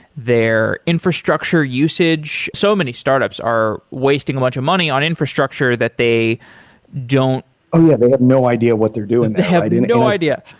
their infrastructure usage. so many startups are wasting much of money on infrastructure that they don't oh, yeah. they have no idea what they're doing. they have no idea.